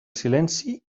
silenci